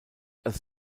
als